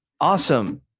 awesome